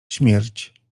śmierć